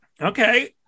Okay